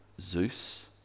Zeus